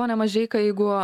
pone mažeika jeigu